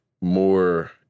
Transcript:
more